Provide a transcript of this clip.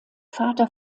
vater